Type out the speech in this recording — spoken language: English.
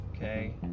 Okay